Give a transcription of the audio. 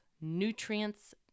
Nutrients